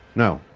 no.